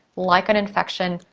like an infection,